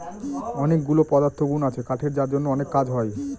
অনেকগুলা পদার্থগুন আছে কাঠের যার জন্য অনেক কাজ হয়